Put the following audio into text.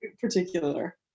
particular